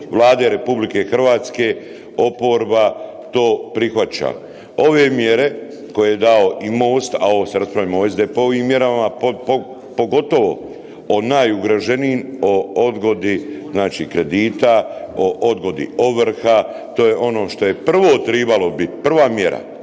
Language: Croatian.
Vlade RH oporba to prihvaća. Ove mjere koje je dao i MOST, a ovo sad raspravljamo o SDP-ovim mjerama pogotovo o najugroženijim, o odgodi znači kredita, o odgodi ovrha, to je ono što je prvo tribalo bit, prva mjera.